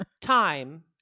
time